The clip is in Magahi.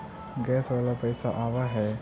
गैस वाला पैसा आव है?